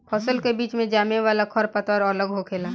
फसल के बीच मे जामे वाला खर पतवार अलग होखेला